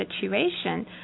situation